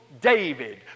David